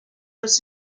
was